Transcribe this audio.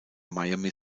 miami